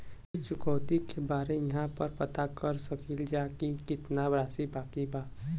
ऋण चुकौती के बारे इहाँ पर पता कर सकीला जा कि कितना राशि बाकी हैं?